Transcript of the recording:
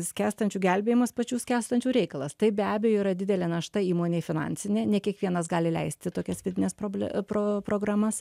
skęstančių gelbėjimas pačių skęstančių reikalas tai be abejo yra didelė našta įmonei finansinė ne kiekvienas gali leisti tokias vidines problemas pro programas